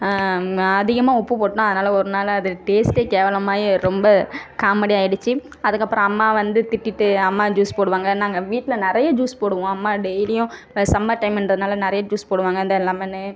அதிகமாக உப்பு போட்டோம் அதனால் ஒரு நாள் அது டேஸ்ட்டே கேவலமாகி ரொம்ப காமெடி ஆயிடுச்சு அதுக்கப்புறம் அம்மா வந்து திட்டிட்டு அம்மா ஜூஸ் போடுவாங்கள் நாங்கள் வீட்டில நிறைய ஜூஸ் போடுவோம் அம்மா டெய்லியும் சம்மர் டைமின்றதனால நிறைய ஜூஸ் போடுவாங்கள் அந்த லெமனு